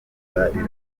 rirangiye